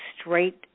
straight